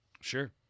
Sure